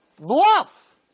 Bluff